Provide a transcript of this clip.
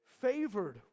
Favored